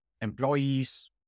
employees